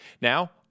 Now